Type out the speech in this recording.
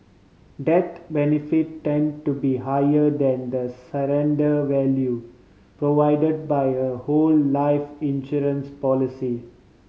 death benefit tend to be higher than the surrender value provide by a whole life insurance policy